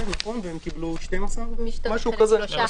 והם קיבלו 12. חלק שלושה,